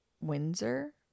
Windsor